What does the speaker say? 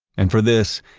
and for this,